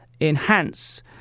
enhance